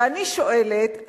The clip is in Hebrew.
ואני שואלת,